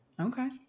Okay